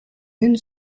une